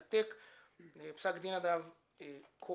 נפסקו להם פיצויים בסכם עתק.